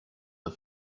the